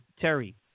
Terry